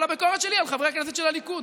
אבל הביקורת שלי היא על חברי הכנסת של הליכוד